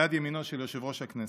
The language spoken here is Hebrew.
יד ימינו של יושב-ראש הכנסת.